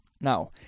Now